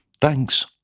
Thanks